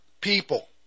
people